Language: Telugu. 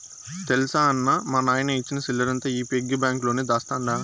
తెల్సా అన్నా, మా నాయన ఇచ్చిన సిల్లరంతా ఈ పిగ్గి బాంక్ లోనే దాస్తండ